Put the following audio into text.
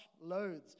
loads